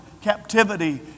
captivity